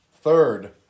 Third